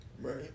right